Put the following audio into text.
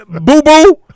Boo-boo